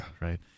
Right